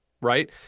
right